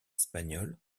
espagnole